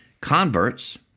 converts